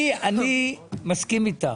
אני מסכים איתך.